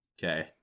Okay